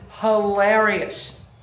hilarious